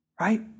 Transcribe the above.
right